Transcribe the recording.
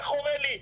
זה חורה לי,